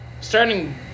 starting